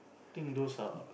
think those are